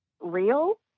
real